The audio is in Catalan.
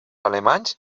alemanys